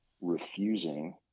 refusing